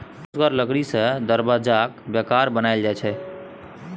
ठोसगर लकड़ी सँ दरबज्जाक केबार बनाएल जाइ छै